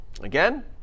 Again